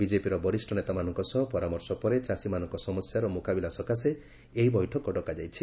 ବିଜେପିର ବରିଷ୍ଣ ନେତାମାନଙ୍କ ସହ ପରାମର୍ଶ ପରେ ଚାଷୀମାନଙ୍କ ସମସ୍ୟାର ମୁକାବିଲା ସକାଶେ ଏହି ବୈଠକ ଡକାଯାଇଛି